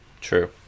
True